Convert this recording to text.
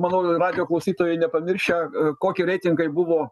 manau ir radijo klausytojai nepamiršę koki reitingai buvo